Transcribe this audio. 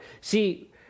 See